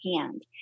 hand